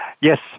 Yes